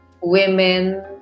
women